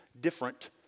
different